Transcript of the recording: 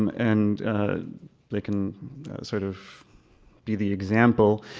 and they can sort of be the example.